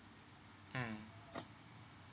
mm